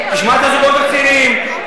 לשמוע את הזוגות הצעירים,